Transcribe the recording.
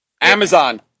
Amazon